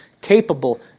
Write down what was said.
capable